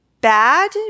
bad